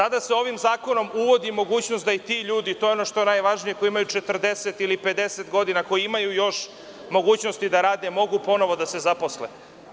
Sada se ovim zakonom uvodi mogućnost da i ti ljudi, to je ono što je najvažnije, koji imaju 40 ili 50 godina, koji imaju još mogućnosti da rade, da mogu ponovo da se zaposle.